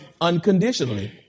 unconditionally